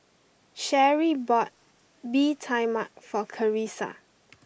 Cherri bought Bee Tai Mak for Karissa